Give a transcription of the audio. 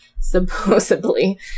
Supposedly